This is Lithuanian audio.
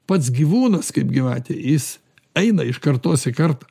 pats gyvūnas kaip gyvatė jis eina iš kartos į kartą